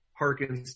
harkens